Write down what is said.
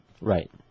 Right